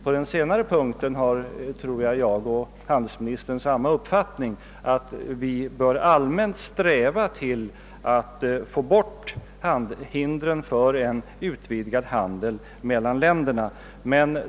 I detta senare avseende har, tror jag, handelsministern och jag samma uppfattning, nämligen att vi bör allmänt sträva efter att få bort hindren för en utvidgad handel mellan länderna.